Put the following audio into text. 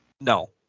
No